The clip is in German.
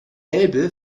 elbe